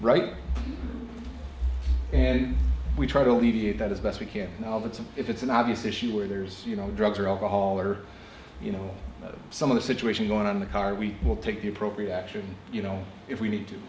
right and we try to alleviate that as best we can now that if it's an obvious issue where there's you know drugs or alcohol or you know some of the situation going on in the car we will take the appropriate action you know if we need to